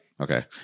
Okay